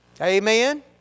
Amen